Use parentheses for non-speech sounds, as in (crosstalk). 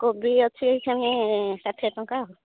କୋବି ଅଛି (unintelligible) ଷାଠିଏ ଟଙ୍କା ଆଉ